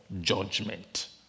judgment